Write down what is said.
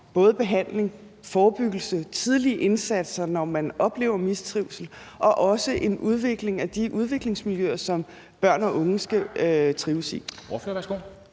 både behandling, forebyggelse, tidlige indsatser, når man oplever mistrivsel, og også udvikling af de udviklingsmiljøer, som børn og unge skal trives i.